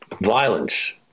violence